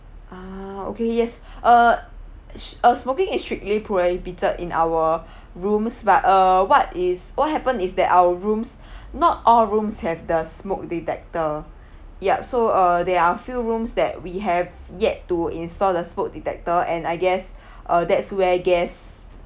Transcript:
ah okay yes err err smoking is strictly prohibited in our rooms but uh what is what happen is that our rooms not all rooms have the smoke detector yup so uh there are few rooms that we have yet to install the smoke detector and I guess uh that's where guests